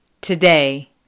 Today